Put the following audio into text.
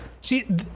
see